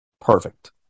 Perfect